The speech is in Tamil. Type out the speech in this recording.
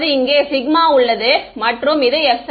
இங்கே உள்ளது மற்றும் இது r